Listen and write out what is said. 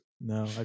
No